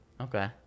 Okay